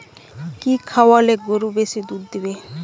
কি খাওয়ালে গরু বেশি দুধ দেবে?